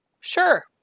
Sure